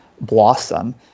blossom